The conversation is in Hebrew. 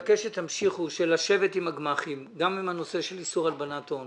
אני מבקש שתמשיכו לשבת עם הגמ"חים גם בנושא איסור הלבנת הון